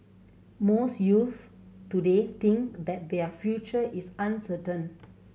most youth today think that their future is uncertain